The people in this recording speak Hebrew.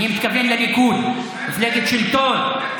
אני מתכוון לליכוד, מפלגת שלטון.